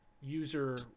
user